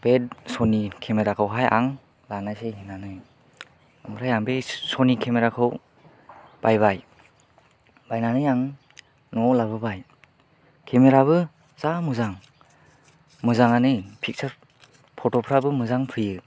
बे स'नि केमाराखौहाय आं लानोसै होन्नानै आमफ्राय आं बे स'नि केमेराखौ बायबाय बायनानै आं न'आव लाबोबाय केमेरायाबो जा मोजां मोजाङानो फिगचार फथ'फ्रा फैयो